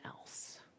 else